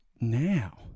now